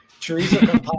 Teresa